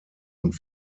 und